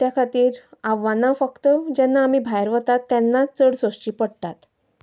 त्या खातीर आव्हानां फक्त जेन्ना आमी भायर वतात तेन्नाच चड सोंसची पडटात